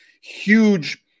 huge